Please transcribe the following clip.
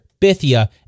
Bithia